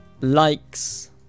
likes